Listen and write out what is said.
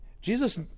Jesus